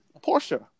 porsche